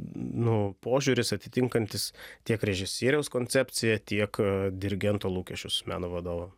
nu požiūris atitinkantis tiek režisieriaus koncepciją tiek dirigento lūkesčius meno vadovo